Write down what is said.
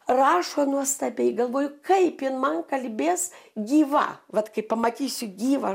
rašo nuostabiai galvoju kaip jin man kalbės gyva vat kai pamatysiu gyvą